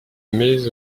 mets